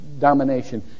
domination